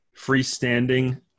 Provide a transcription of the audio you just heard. freestanding